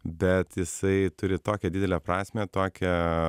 bet jisai turi tokią didelę prasmę tokią